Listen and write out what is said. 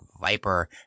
viper